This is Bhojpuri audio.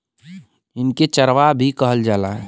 इनके चरवाह भी कहल जाला